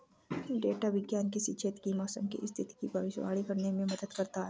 data विज्ञान किसी क्षेत्र की मौसम की स्थिति की भविष्यवाणी करने में मदद करता है